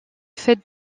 fait